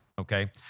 okay